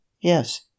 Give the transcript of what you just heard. Yes